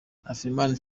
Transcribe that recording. afrifame